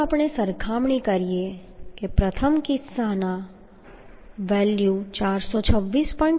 હવે જો આપણે સરખામણી કરીએ કે પ્રથમના કિસ્સામાં વેલ્યુ 426